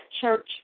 church